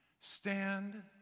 stand